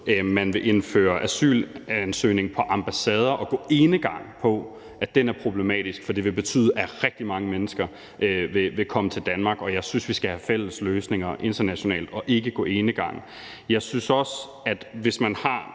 man vil indføre asylansøgning på ambassader og gå enegang på, er problematisk, for det vil betyde, at rigtig mange mennesker vil komme til Danmark, og jeg synes, vi skal have fælles løsninger internationalt og ikke gå enegang. Jeg synes også, der er mange